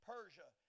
Persia